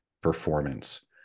performance